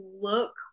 look